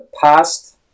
past